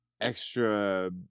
extra